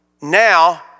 Now